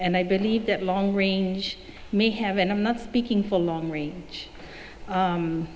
and i believe that long range may have been i'm not speaking for long range